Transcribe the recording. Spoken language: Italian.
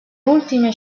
ultime